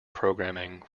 programming